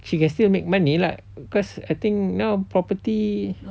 she can still make money like cause I think now property